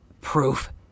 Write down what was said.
Proof